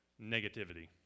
negativity